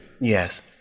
Yes